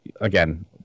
again